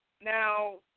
Now